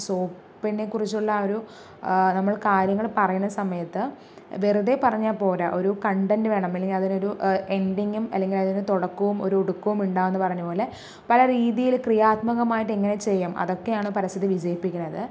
സോപ്പിനെ കുറിച്ചുള്ള ആ ഒരു നമ്മൾ കാര്യങ്ങൾ പറയണ സമയത്ത് വെറുതെ പറഞ്ഞാൽ പോര ഒരു കണ്ടന്റ് വേണം അല്ലെങ്കിൽ അതിനൊരു എൻഡിങ്ങും അല്ലെങ്കിൽ അതിനൊരു തുടക്കവും ഒരു ഒടുക്കവും ഉണ്ടാകുമെന്ന് പറഞ്ഞ പോലെ പല രീതിയില് ക്രിയാത്മകമായിട്ട് എങ്ങനെ ചെയ്യും അതൊക്കെയാണ് പരസ്യത്തെ വിജയിപ്പിക്കണത്